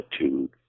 attitude